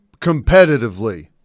competitively